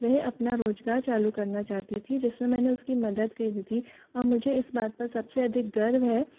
वह अपना रोजगार चालू करना चाहती थी जिसमें मैंने उसकी मदद करी थी अब मुझे इस बात पर सबसे अधिक गर्व है